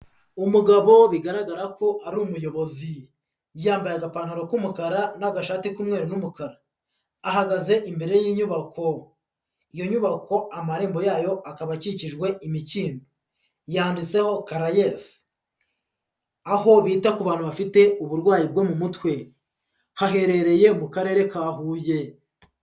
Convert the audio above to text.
Umugabo bigaragara ko ari umuyobozi. Yambaye agapantaro k'umukara n'agashati k'umweru n'umukara. Ahagaze imbere y'inyubako. Iyo nyubako amarembo yayo akaba akikijwe imikindo. Yanditseho Caraes. Aho bita ku bantu bafite uburwayi bwo mu mutwe. Haherereye mu karere ka Huye.